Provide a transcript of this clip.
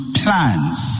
plans